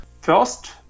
First